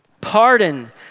Pardon